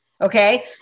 Okay